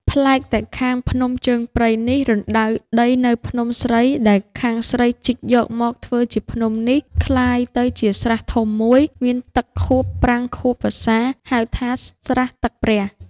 ប្លែកតែខាងភ្នំជើងព្រៃនេះ រណ្ដៅដីនៅភ្នំស្រី ដែលខាងស្រីជីកយកមកធ្វើជាភ្នំនេះ ក្លាយទៅជាស្រះធំ ១ មានទឹកខួបប្រាំងខួបវស្សា ហៅថា ស្រះទឹកព្រះ